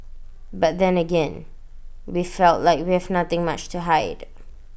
but then again we felt like we have nothing much to hide